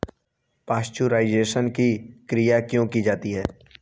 Pasteurisation की क्रिया क्यों की जाती है?